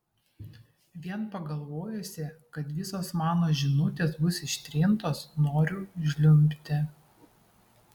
vien pagalvojusi kad visos mano žinutės bus ištrintos noriu žliumbti